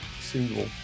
single